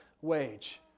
wage